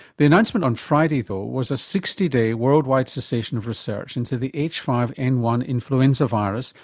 the announcement on friday though was a sixty day worldwide cessation of research into the h five n one influenza virus,